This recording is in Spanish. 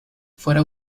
fuera